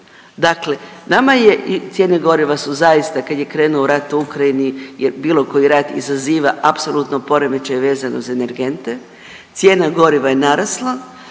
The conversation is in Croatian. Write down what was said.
dakle nama je, i cijene goriva su zaista kad je krenuo rat u Ukrajini jer bilo koji rat izaziva apsolutno poremećaj vezano za energente, cijena goriva je narasla